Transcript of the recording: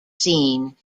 scene